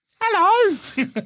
Hello